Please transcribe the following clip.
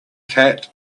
cat